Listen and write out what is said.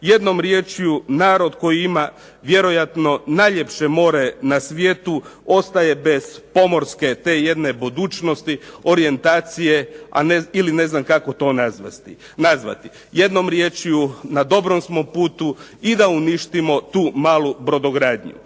jednom riječju narod koji ima vjerojatno najljepše more na svijetu ostaje bez pomorske te budućnosti orijentacije ili ne znam kako to nazvati. Jednom riječju na dobrom smo putu da uništimo tu malu brodogradnju.